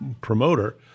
promoter